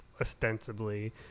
ostensibly